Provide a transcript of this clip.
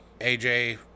AJ